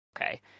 okay